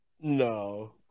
No